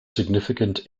significant